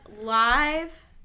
live